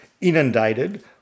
inundated